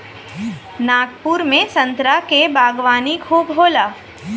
नागपुर में संतरा क बागवानी खूब होला